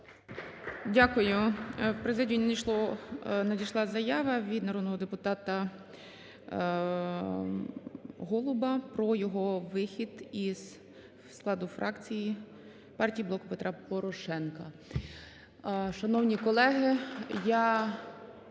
Дякую. В Президію надійшла заява від народного депутата Голуба про його вихід із складу фракції партії "Блок Петра Порошенка".